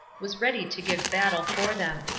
was ready to give battle for them.